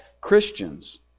Christians